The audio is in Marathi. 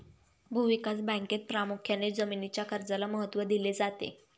भूविकास बँकेत प्रामुख्याने जमीनीच्या कर्जाला महत्त्व दिले जाते